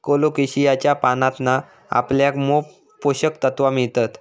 कोलोकेशियाच्या पानांतना आपल्याक मोप पोषक तत्त्वा मिळतत